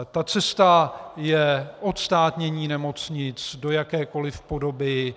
Ta cesta je odstátnění nemocnic do jakékoli podoby.